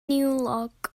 niwlog